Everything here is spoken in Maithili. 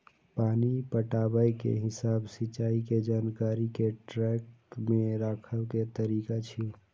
पानि पटाबै के हिसाब सिंचाइ के जानकारी कें ट्रैक मे राखै के तरीका छियै